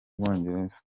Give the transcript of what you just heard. bwongereza